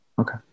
Okay